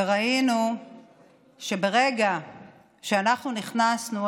ראינו שברגע שאנחנו נכנסנו,